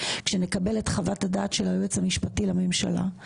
ונקבל את חוות דעת של היועץ המשפטי של הוועדה,